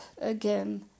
again